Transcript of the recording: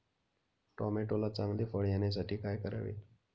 टोमॅटोला चांगले फळ येण्यासाठी काय करावे?